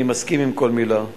אני מסכים לכל מלה,